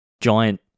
giant